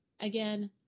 again